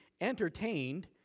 entertained